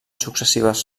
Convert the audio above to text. successives